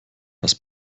das